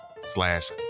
slash